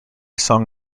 song